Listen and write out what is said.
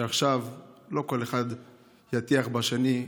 שעכשיו לא כל אחד יטיח בשני,